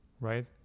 right